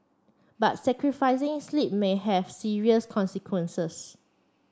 but sacrificing sleep may have serious consequences